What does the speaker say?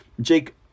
Jake